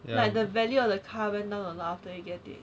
like the value of the carbon after you get it